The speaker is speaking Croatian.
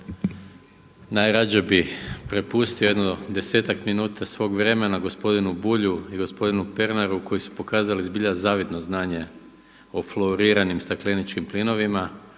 Najradije bih prepustio jedno 10-ak minuta svog vremena gospodinu Bulju i gospodinu Pernaru koji su pokazali zbilja zavidno zvanje o flouriranim stakleničkim plinovima